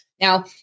Now